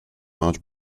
much